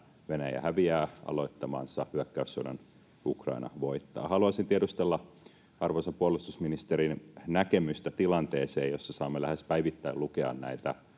Venäjä häviää aloittamansa hyökkäyssodan ja Ukraina voittaa. Haluaisin tiedustella arvoisan puolustusministerin näkemystä tilanteeseen, jossa saamme lähes päivittäin lukea näitä